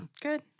Good